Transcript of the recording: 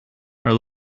are